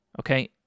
okay